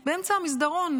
באמצע המסדרון,